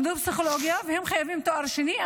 למדו פסיכולוגיה, והם חייבים תואר שני.